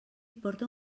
porta